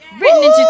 Written